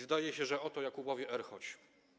Zdaje się, że o to Jakubowi R. chodzi.